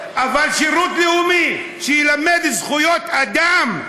אבל שירות לאומי שילמד זכויות אדם,